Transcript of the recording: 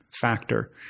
factor